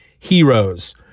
heroes